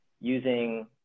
using